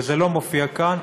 וזה לא מופיע כאן,